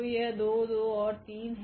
तो यह 2 2 और 3 है